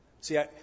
See